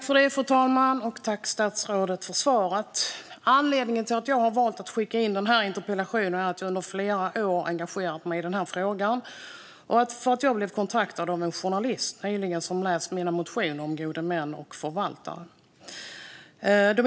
Fru talman! Tack, statsrådet, för svaret! Anledningen till att jag har valt att skicka in den här interpellationen är att jag under flera år engagerat mig i frågan och för att jag nyligen blev kontaktad av en journalist som läst mina motioner om gode män och förvaltare.